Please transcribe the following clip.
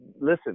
listen